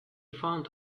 found